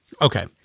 Okay